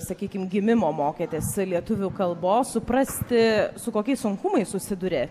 sakykim gimimo mokėtės lietuvių kalbos suprasti su kokiais sunkumais susiduria